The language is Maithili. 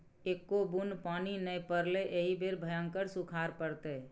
एक्को बुन्न पानि नै पड़लै एहि बेर भयंकर सूखाड़ पड़तै